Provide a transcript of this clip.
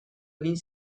egin